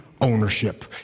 ownership